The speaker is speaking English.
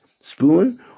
spoon